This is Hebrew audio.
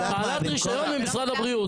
בעלת רישיון ממשרד הבריאות.